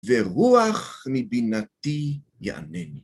ורוח מבינתי יענני.